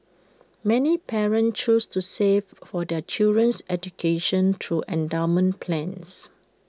many parents choose to save for their children's education through endowment plans